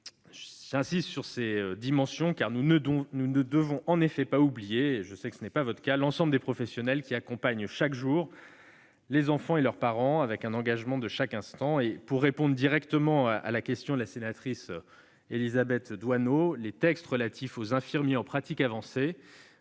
J'insiste sur ces dimensions, car nous ne devons pas oublier- je sais que vous ne le faites pas -l'ensemble des professionnels qui accompagnent chaque jour les enfants et leurs parents, avec un engagement de chaque instant. Pour répondre directement à la question de Mme Doineau, les textes relatifs aux infirmiers en pratique avancée